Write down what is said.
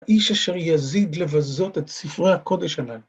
‫האיש אשר יזיד לבזות ‫את ספרי הקודש הללו.